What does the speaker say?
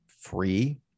free